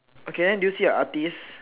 okay then do you see a artist